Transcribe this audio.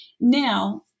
Now